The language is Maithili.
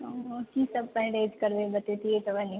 ओ की सब परहेज करबै बतैतिये तऽ अहीँ